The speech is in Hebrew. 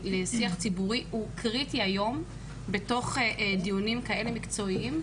לשיח ציבורי הוא קריטי היום בתוך דיונים כאלה מקצועיים.